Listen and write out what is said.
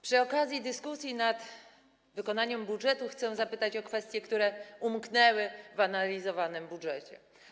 Przy okazji dyskusji nad wykonaniem budżetu chcę zapytać o kwestie, które umknęły w analizowanym budżecie.